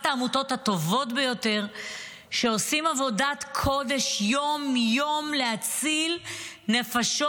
שעושה עבודת קודש יום-יום להציל נפשות.